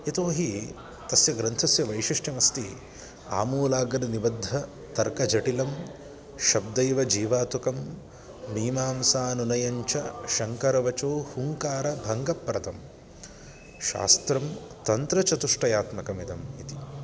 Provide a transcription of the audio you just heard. यतो हि तस्य ग्रन्थस्य वैशिष्ट्यमस्ति आमूलाग्रनिबद्धतर्कजटिलं शब्दैव जीवातुकं मीमांसानुनयञ्च शङ्करवचो हुङ्कारभङ्गप्रदं शास्त्रं तन्त्रचतुष्टयात्मकमिदम् इति